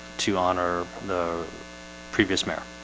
to honor the previous mayor